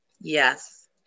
Yes